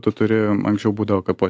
tu turi anksčiau būdavo po